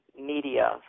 media